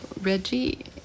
reggie